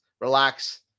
relax